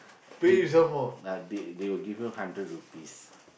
eat uh they they will give you hundred rupees